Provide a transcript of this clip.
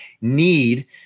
need